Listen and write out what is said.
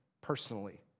personally